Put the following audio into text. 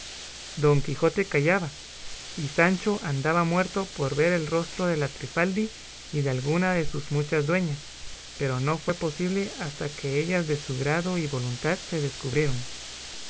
don quijote callaba y sancho andaba muerto por ver el rostro de la trifaldi y de alguna de sus muchas dueñas pero no fue posible hasta que ellas de su grado y voluntad se descubrieron